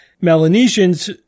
Melanesians